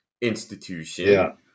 institution